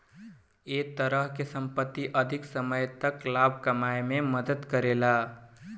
ए तरह के संपत्ति अधिक समय तक लाभ कमाए में मदद करेला